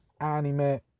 anime